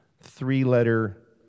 three-letter